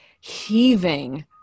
heaving